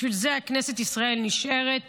בשביל זה כנסת ישראל נשארת